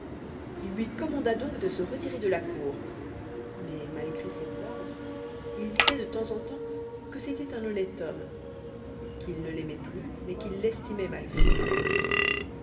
il lui commanda donc de se retirer de la cour mais malgré cet ordre il disait de temps en temps que c'était un honnête homme qu'il ne l'aimait plus mais qu'il l'estimait malgré lui-même